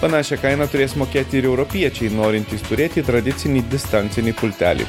panašią kainą turės mokėti ir europiečiai norintys turėti tradicinį distancinį pultelį